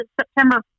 September